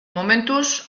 momentuz